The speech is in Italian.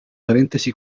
parentesi